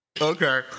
Okay